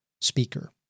speaker